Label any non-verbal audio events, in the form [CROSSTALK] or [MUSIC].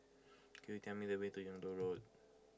could you tell me the way to Yung Loh Road [NOISE]